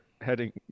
heading